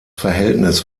verhältnis